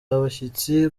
abashyitsi